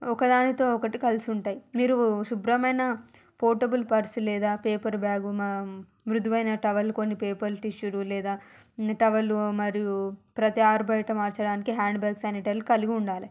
ఒకదానితో ఒకటి కలిసుంటాయి మీరు శుభ్రమైన పోర్టబుల్ పర్స్ లేదా పేపరు బ్యాగు మ మృదువైన టవల్ కొన్ని పేపర్ టిష్యూలు లేదా టవల్లు మరియు ప్రతి ఆరుబయట మార్చడానికి హ్యాండ్బ్యాగ్ శానిటర్లు కలిగి ఉండాలి